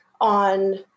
on